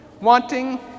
Wanting